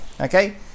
Okay